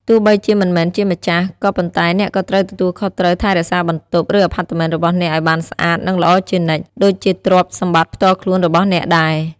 ទោះបីជាមិនមែនជាម្ចាស់ ក៏ប៉ុន្តែអ្នកក៏ត្រូវទទួលខុសត្រូវថែរក្សាបន្ទប់ ឬអាផាតមិនរបស់អ្នកឱ្យបានស្អាត និងល្អជានិច្ច ដូចជាទ្រព្យសម្បត្តិផ្ទាល់ខ្លួនរបស់អ្នកដែរ។